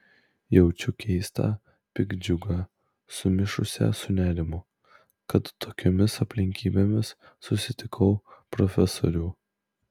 jaučiu keistą piktdžiugą sumišusią su nerimu kad tokiomis aplinkybėmis susitikau profesorių